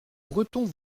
bretons